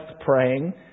praying